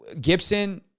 Gibson